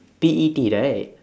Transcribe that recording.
P E T right